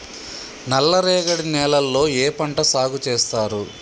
నల్లరేగడి నేలల్లో ఏ పంట సాగు చేస్తారు?